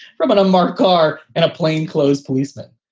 from an unmarked car and a plainclothes policemen.